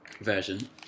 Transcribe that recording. Version